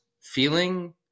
feeling